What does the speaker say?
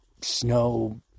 snow